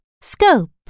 scope